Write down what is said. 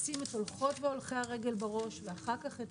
זה לשים את הולכות והולכי הרגל בראש ואחר כך את